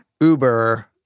Uber